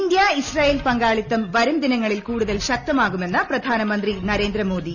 India Israel പങ്കാളിത്തം വരും ദിനങ്ങളിൽ കൂടുതൽ ശക്തമാകുമെന്ന് പ്രധാനമന്ത്രി നരേന്ദ്രമോദി